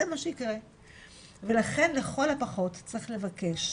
זה מה שיקרה ולכן לכל הפחות צריך לבקש,